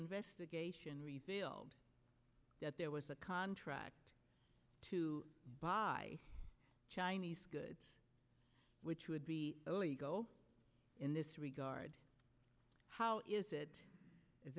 investigation revealed that there was a contract to buy chinese goods which would be illegal in this regard how is it